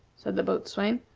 said the boatswain,